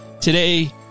today